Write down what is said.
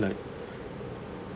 like